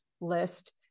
list